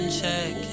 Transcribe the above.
check